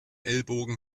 ellbogen